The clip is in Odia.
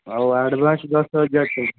ଆଉ ଆଡ଼ଭାନ୍ସ ଦଶ ହଜାର ଟଙ୍କା